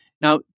Now